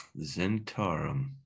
Zentarum